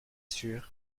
sûr